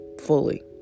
fully